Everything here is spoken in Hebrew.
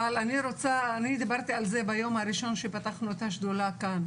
אבל אני דיברתי על זה ביום הראשון שפתחנו את השדולה כאן,